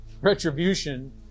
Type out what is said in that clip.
retribution